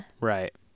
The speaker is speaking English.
right